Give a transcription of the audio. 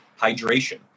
hydration